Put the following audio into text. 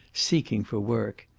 seeking for work.